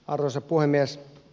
arvoisa puhemies